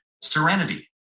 serenity